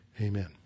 Amen